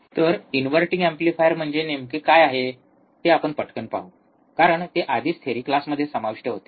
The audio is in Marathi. तर इन्व्हर्टिंग एम्प्लीफायर म्हणजे नेमके काय आहे ते आपण पटकन पाहू कारण ते आधीच थेरी क्लासमध्ये समाविष्ट होते